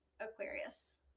Aquarius